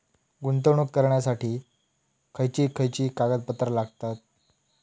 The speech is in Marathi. गुंतवणूक करण्यासाठी खयची खयची कागदपत्रा लागतात?